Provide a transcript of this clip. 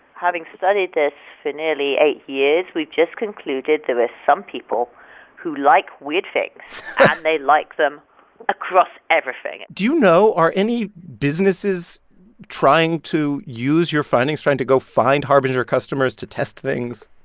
having studied this for nearly eight years, we've just concluded there were some people who like weird things, and they like them across everything do you know, are any businesses trying to use your findings, trying to go find harbinger customers to test things?